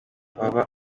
baba